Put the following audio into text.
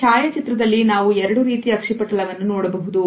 ಈ ಛಾಯಾಚಿತ್ರದಲ್ಲಿ ನಾವು ಎರಡು ರೀತಿ ಅಕ್ಷಿಪಟಲವನ್ನು ನೋಡಬಹುದು